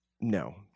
No